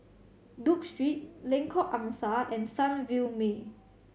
Duke Street Lengkok Angsa and Sunview Way